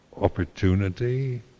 opportunity